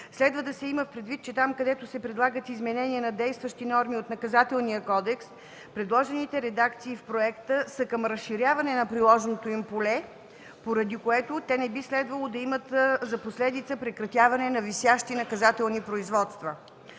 Следва да се има предвид, че там, където се предлагат изменения на действащи норми от Наказателния кодекс, предложените редакции в проекта са към разширяване на приложното им поле, поради което те не би следвало да имат за последица прекратяване на висящи наказателни производства.